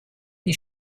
die